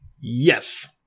Yes